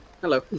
hello